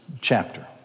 chapter